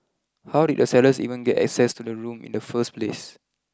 how did the sellers even get access to the room in the first place